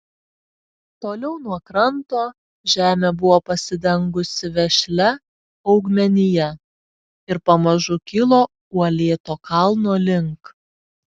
toliau nuo kranto žemė buvo pasidengusi vešlia augmenija ir pamažu kilo uolėto kalno link